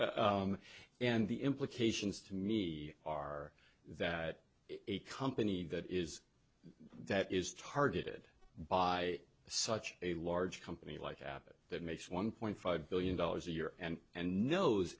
side and the implications to me are that is a company that is that is targeted by such a large company like apple that makes one point five billion dollars a year and and knows